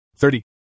Thirty